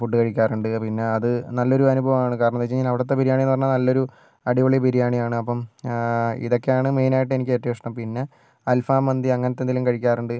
food കഴിക്കാറുണ്ട് പിന്നെ അത് നല്ലൊരു അനുഭവമാണ് കാരണം എന്ന് വെച്ചുകഴിഞ്ഞാൽ അവിടുത്തെ ബിരിയാണി എന്ന് പറഞ്ഞാൽ നല്ലൊരു അടിപൊളി ബിരിയാണി ആണ് അപ്പം ഇതൊക്കെയാണ് മെയിൻ ആയിട്ട് എനിക്ക് ഏറ്റവും ഇഷ്ടം പിന്നെ അൽഫാം മന്തി അങ്ങനത്തെ എന്തെങ്കിലും കഴിക്കാറുണ്ട്